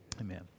Amen